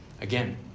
Again